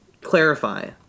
clarify